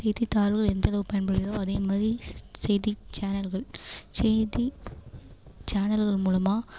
செய்தித்தாள்கள் எந்தளவு பயன்படுகிறதோ அதே மாதிரி செய்திச் சேனல்கள் செய்திச் சேனல்கள் மூலமாக